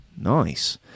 Nice